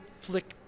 flick